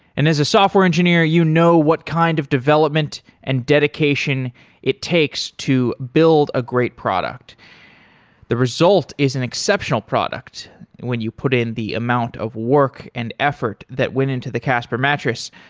and as a software engineer, you know what kind of development and dedication it takes to build a great product the result is an exceptional product and when you put in the amount of work and effort that went into the casper mattress,